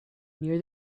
near